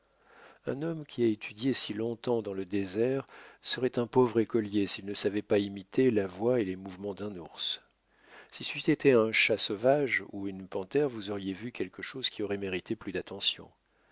un homme qui a étudié si longtemps dans le désert serait un pauvre écolier s'il ne savait pas imiter la voix et les mouvements d'un ours si c'eût été un chat sauvage ou une panthère vous auriez vu quelque chose qui aurait mérité plus d'attention